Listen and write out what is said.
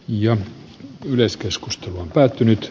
jo yleiskeskustelu on päättynyt